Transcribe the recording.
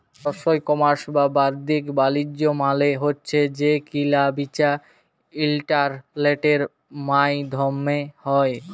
ই commerce বা বাদ্দিক বালিজ্য মালে হছে যে কিলা বিচা ইলটারলেটের মাইধ্যমে হ্যয়